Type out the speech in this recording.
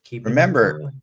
Remember